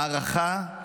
הערכה,